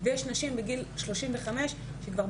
ויש נשים בגיל 35 שבאמת,